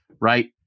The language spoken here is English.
right